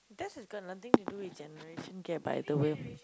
that is got nothing to do with generation gap by the way